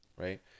right